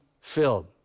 filled